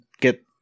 get